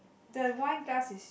the wine glass is